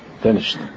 Finished